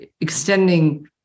extending